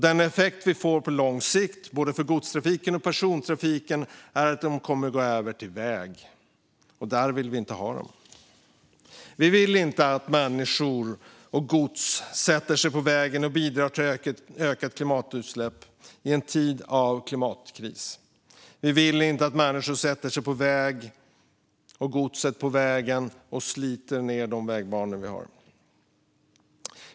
Den effekt vi får på lång sikt både för godstrafiken och persontrafiken är att de kommer att gå över till väg, och där vill vi inte ha dem. Vi vill inte att människor och gods hamnar på vägen och bidrar till ökade klimatutsläpp i en tid av klimatkris. Vi vill inte att människor och gods sätter sig på vägen och sliter ned de vägbanor vi har.